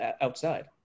outside